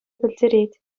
пӗлтерет